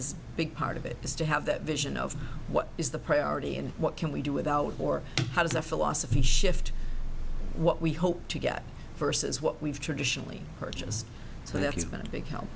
a big part of it is to have that vision of what is the priority and what can we do without or how does a philosophy shift what we hope to get versus what we've traditionally purchased so that's been a big help